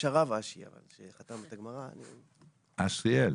אני אשריאל.